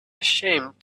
ashamed